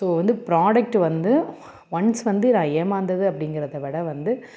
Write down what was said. so வந்து product வந்து once வந்து நான் ஏமாந்தது அப்படிங்கறத விட வந்து